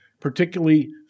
particularly